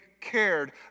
cared